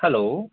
hello